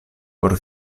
por